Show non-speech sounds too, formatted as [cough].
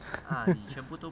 [laughs]